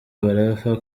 barapfa